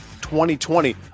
2020